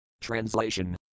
Translation